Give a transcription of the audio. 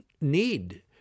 need